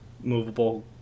movable